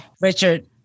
Richard